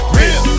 real